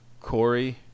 Corey